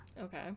Okay